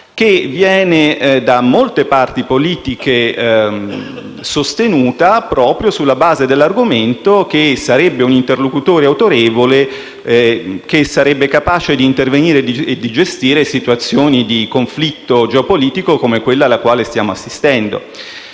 che viene da molte parti politiche sostenuta proprio sulla base dell’argomento che sarebbe un interlocutore autorevole che sarebbe capace di intervenire e di gestire situazioni di conflitto geopolitico, come quella alla quale stiamo assistendo.